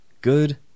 good